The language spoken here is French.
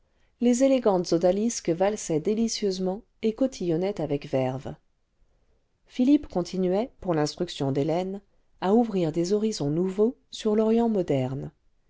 les élégantes odalisques valsaient délicieusement et cotillonnaient avec verve philippe continuait pour l'instruction d'hélène à ouvrir des horizons nouveaux sur l'orient modern'e